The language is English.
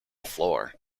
floor